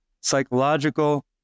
psychological